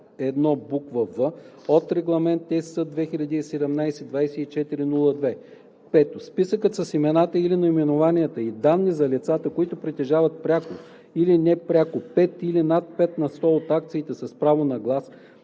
1, буква „в“ от Регламент (ЕС) 2017/2402; 5. списък с имената или наименованията и данни за лицата, които притежават пряко или непряко 5 или над 5 на сто от акциите с право на глас